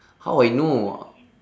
how I know